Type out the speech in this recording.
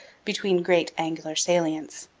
between great angular salients.